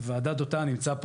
כשגם ככה אין ניידות.